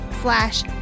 slash